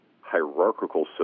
hierarchical